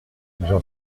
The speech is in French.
j’en